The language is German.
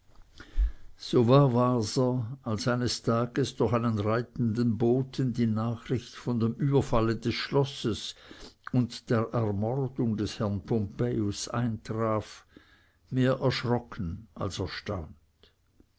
so war waser als eines tages durch einen reitenden boten die nachricht von dem überfalle des schlosses und der ermordung des herrn pompejus eintraf mehr erschrocken als erstaunt